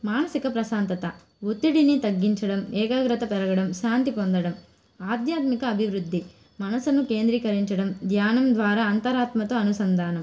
మానసిక ప్రశాంతత ఒత్తిడిని తగ్గించడం ఏకాగ్రత పెరగడం శాంతి పొందడం ఆధ్యాత్మిక అభివృద్ధి మనసును కేంద్రీకరించడం ధ్యానం ద్వారా అంతరాత్మతో అనుసంధానం